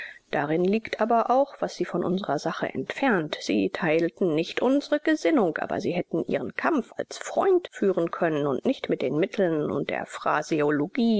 darin liegt aber auch was sie von unserer sache entfernt sie teilten nicht unsere gesinnung aber sie hätten ihren kampf als freund führen können und nicht mit den mitteln und der